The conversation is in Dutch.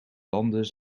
landen